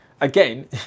again